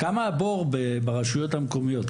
כמה הבור ברשויות המקומיות?